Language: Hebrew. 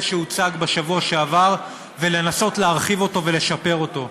שהוצג בשבוע שעבר ולנסות להרחיב אותו ולשפר אותו.